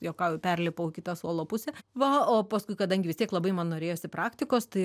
juokauju perlipau į kitą suolo pusę va o paskui kadangi vis tiek labai man norėjosi praktikos tai